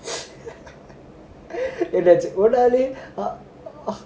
என்னாச்சு:ennachu